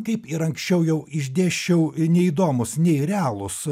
kaip ir anksčiau jau išdėsčiau neįdomūs nei realūs